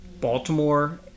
Baltimore